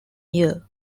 year